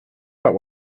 about